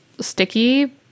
sticky